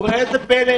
וראה זה פלא,